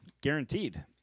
Guaranteed